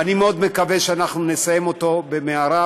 ואני מאוד מקווה שאנחנו נסיים אותו במהרה,